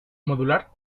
modular